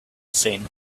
seen